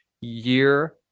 year